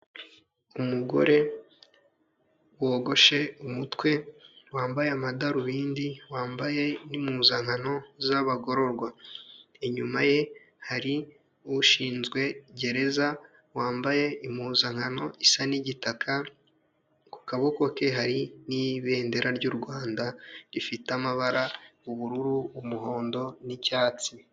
Umugore wogoshe umutwe wambaye amadarubindi, wambaye n'impuzankano z'abagororwa. Inyuma ye hari ushinzwe gereza wambaye impuzankano isa n'igitaka, ku kaboko ke hari n'ibendera ry'u Rwanda rifite amabara ubururu, umuhondo n'icyatsi.